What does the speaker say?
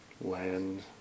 land